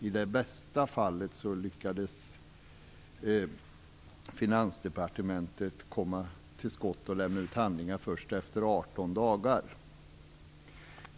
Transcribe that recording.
I det bästa fallet lyckades Finansdepartementet komma till skott med att lämna ut handlingar först efter 18 dagar.